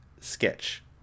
sketch